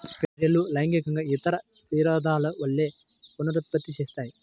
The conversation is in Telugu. పెంపుడు గొర్రెలు లైంగికంగా ఇతర క్షీరదాల వలె పునరుత్పత్తి చేస్తాయి